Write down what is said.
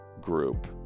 group